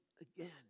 again